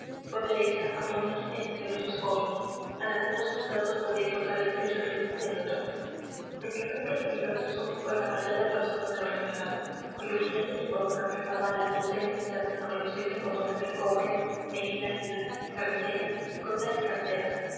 fue derecha a ponerse entre los dos jóvenes alargando sus brazos podía tocar el pecho del uno y del otro lo primero en que se fijaron sus ojos fue en la gallarda persona del renegado cuyo brillante uniforme reflejaba la luz de la linterna en los relucientes botones de cobre en el águila carrilleras gola y cartera